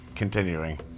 Continuing